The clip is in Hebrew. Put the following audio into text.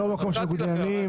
זה לא ממקום של ניגוד עניינים.